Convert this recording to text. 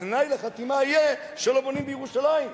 התנאי לחתימה יהיה שלא בונים בירושלים,